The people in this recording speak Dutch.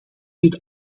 dit